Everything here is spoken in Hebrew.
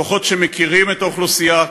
כוחות שמכירים את האוכלוסייה,